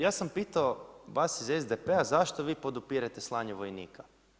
Ja sam pitao vas iz SDP-a zašto vi podupirete slanje vojnika.